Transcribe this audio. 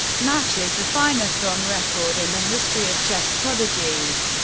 matches the finest on record in the history of chess prodigies.